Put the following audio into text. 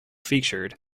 featured